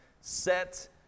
Set